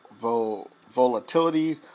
volatility